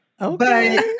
Okay